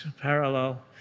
parallel